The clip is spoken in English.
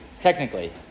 technically